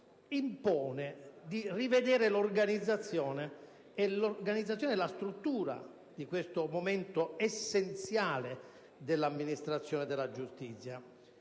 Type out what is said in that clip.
impone di rivedere l'organizzazione e la struttura di questo momento essenziale dell'amministrazione della giustizia.